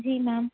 جی میم